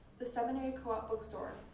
the seminary co-op bookstore,